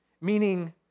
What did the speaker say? meaning